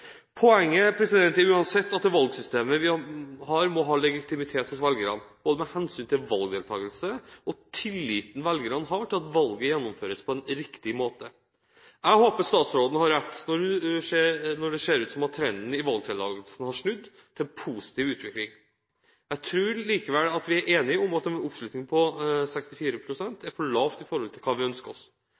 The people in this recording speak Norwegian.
Poenget er uansett at det valgsystemet vi har, må ha legitimitet hos velgerne, både med hensyn til valgdeltakelse og tilliten velgerne har til at valget gjennomføres på en riktig måte. Jeg håper statsråden har rett når hun sier at det ser ut til at trenden i valgdeltakelsen har snudd til en positiv utvikling. Jeg tror likevel at vi er enige om at en oppslutning på 64 pst. er for lavt i forhold til hva vi ønsker oss.